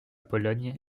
pologne